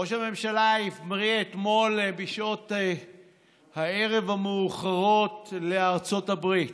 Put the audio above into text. ראש הממשלה המריא אתמול בשעות הערב המאוחרות לארצות הברית.